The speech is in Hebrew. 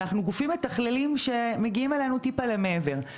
אנחנו גופים מתכללים שמגיעים אלינו טיפה מעבר.